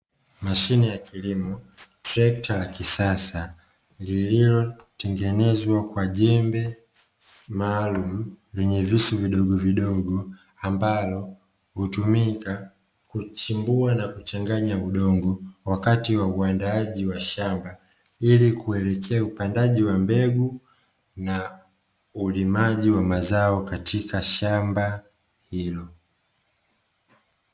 Mashine ya kilimo trekta la kisasa, lililotengenezwa kwa jembe maalum lenye visu vidogo vidogo ambalo hutumika kuchimbua na kuchanganya udongo wakati wa uandaaji wa shamba, ili kuelekea upandaji wa mbegu na ulimaji wa mazao katika shamba hilo.